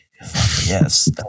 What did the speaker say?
Yes